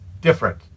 different